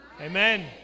Amen